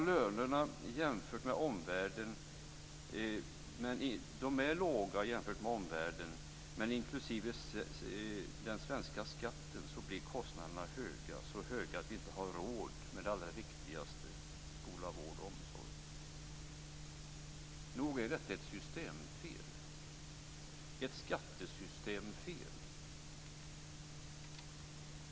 De har låga löner jämfört med i omvärlden, men inklusive den svenska skatten blir kostnaderna så höga att vi snart inte har råd med det allra viktigaste, nämligen skola, vård och omsorg. Nog är detta ett systemfel, ett skattesystemfel!